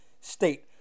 State